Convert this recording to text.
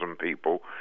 people